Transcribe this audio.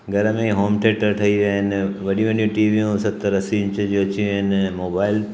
घर में home theatre ठही विया आहिनि वॾियूं वॾियूं टीवियूं सतरि असीं इंच जी अची वियूं आहिनि मोबाइल